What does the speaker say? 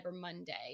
Monday